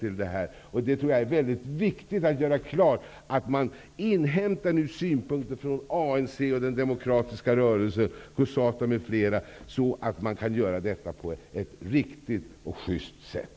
Jag tror att det är mycket viktigt att göra klart att man skall inhämta synpunkter från organisationer, så att man kan göra detta på ett riktigt sätt.